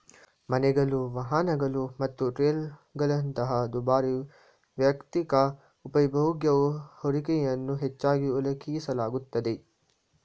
ಮನೆಗಳು, ವಾಹನಗಳು ಮತ್ತು ಟ್ರೇಲರ್ಗಳಂತಹ ದುಬಾರಿ ವೈಯಕ್ತಿಕ ಉಪಭೋಗ್ಯ ಹೂಡಿಕೆಯನ್ನ ಹೆಚ್ಚಾಗಿ ಉಲ್ಲೇಖಿಸಲಾಗುತ್ತೆ